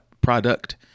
product